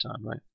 right